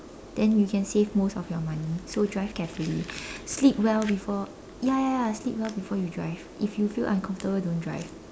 then you can save most of your money so drive carefully sleep well before ya ya ya sleep well before you drive if you feel uncomfortable don't drive